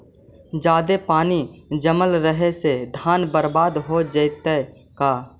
जादे पानी जमल रहे से धान बर्बाद हो जितै का?